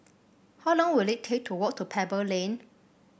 how long will it take to walk to Pebble Lane